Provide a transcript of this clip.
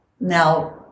Now